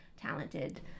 talented